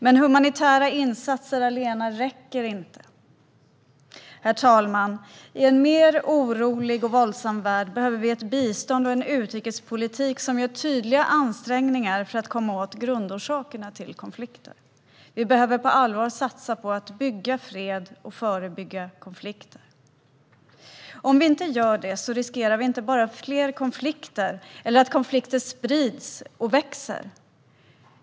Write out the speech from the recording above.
Men humanitära insatser allena räcker inte. Herr talman! I en mer orolig och våldsam värld behövs det ett bistånd och en utrikespolitik som gör tydliga ansträngningar för att komma åt grundorsakerna till konflikter. Vi behöver på allvar satsa på att bygga fred och förebygga konflikter. Om vi inte gör det riskerar vi inte bara fler konflikter eller att konflikter sprids och växer.